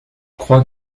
croient